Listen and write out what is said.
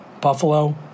Buffalo